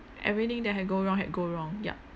everything that had go wrong had go wrong yup